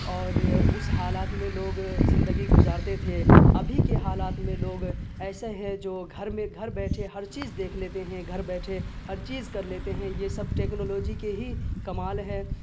اور اس حالات میں لوگ زندگی گزارتے تھے ابھی کے حالات میں لوگ ایسے ہیں جو گھر میں گھر بیٹھے ہر چیز دیکھ لیتے ہیں گھر بیٹھے ہر چیز کر لیتے ہیں یہ سب ٹیکنالوجی کے ہی کمال ہے